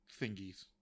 thingies